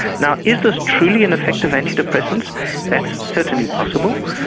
now, is this truly an effect of antidepressants? that certainly possible.